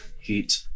heat